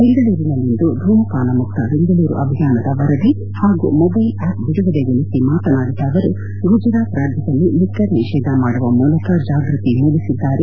ಬೆಂಗಳೂರಿನಲ್ಲಿಂದು ಧೂಮಪಾನ ಮುಕ್ತ ಬೆಂಗಳೂರು ಅಭಿಯಾನದ ವರದಿ ಹಾಗೂ ಮೊಬೈಲ್ ಆಪ್ ಬಿಡುಗಡೆಗೊಳಿಸಿ ಮಾತನಾಡಿದ ಅವರು ಗುಜರಾತ್ ರಾಜ್ಯದಲ್ಲಿ ಲಿಕ್ಕರ್ ನಿಷೇಧ ಮಾಡುವ ಮೂಲಕ ಜಾಗ್ವತಿ ಮೂಡಿಸಿದ್ದಾರೆ